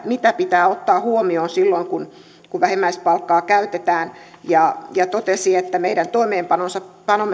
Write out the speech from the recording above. mitä pitää ottaa huomioon silloin kun kun vähimmäispalkkaa käytetään ja ja totesi että meidän toimeenpanomme